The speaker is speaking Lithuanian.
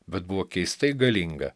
bet buvo keistai galinga